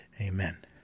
amen